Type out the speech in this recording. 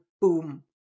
boom